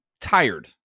tired